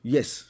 Yes